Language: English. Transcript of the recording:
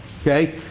Okay